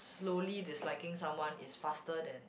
slowly disliking someone is faster than